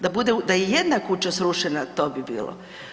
Da bude, da je jedna kuća srušena, to bi bilo.